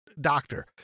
doctor